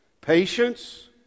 Patience